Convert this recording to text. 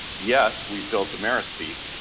yes we've built a amerispeak,